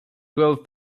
twelve